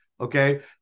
okay